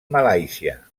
malàisia